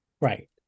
right